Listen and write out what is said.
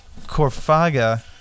corfaga